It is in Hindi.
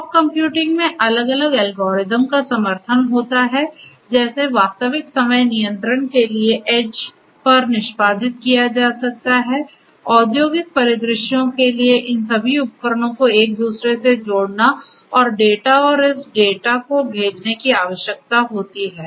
फ़ॉग कंप्यूटिंग में अलग अलग एल्गोरिदम का समर्थन होता है जिसे वास्तविक समय नियंत्रण के लिए ऐड्ज पर निष्पादित किया जा सकता है औद्योगिक परिदृश्यों के लिए इन सभी उपकरणों को एक दूसरे से जोड़ना और डेटा और इस डेटा को भेजने की आवश्यकता होती है